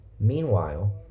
Meanwhile